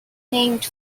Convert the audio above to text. named